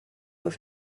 were